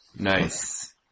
Nice